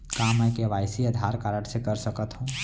का मैं KYC Aadhaar card से कर सकत हो?